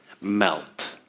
melt